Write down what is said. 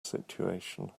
situation